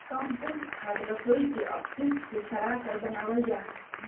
compost खाद रसोई के अपशिष्ट के सड़ाकर बनावल जा हई